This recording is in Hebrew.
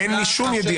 אין לי שום ידיעה.